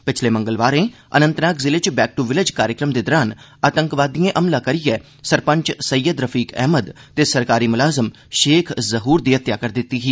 पिछले मंगलवारै अनंतनाग जिले च 'बैक टू विलेज' काक्रम दौरान आतंकवादियें हमला करियै सरपंच सैयद रफीक अहमद ते सरकारी मुलाज़िम षेख जहूर दी हत्या करी दित्ती ही